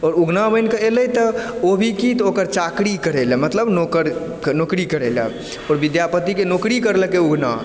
ओ उगना बनिकऽ एलै तऽ ओ भी की तऽ ओकर चाकरी करय लए मतलब नौकर नौकरी करय लए ओ विद्यापतिके नौकरी करलकै उगना